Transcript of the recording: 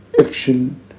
action